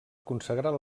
consagrar